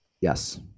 Yes